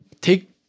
take